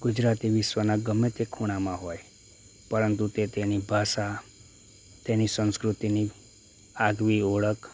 ગુજરાતી વિશ્વના ગમે તે ખૂણામાં હોય પરંતુ તે ત્યાંની ભાષા તેની સંસ્કૃતિની આગવી ઓળખ